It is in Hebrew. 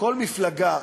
כל מפלגה